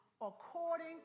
according